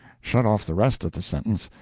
shut off the rest of the sentence,